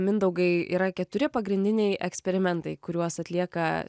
mindaugai yra keturi pagrindiniai eksperimentai kuriuos atlieka